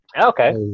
Okay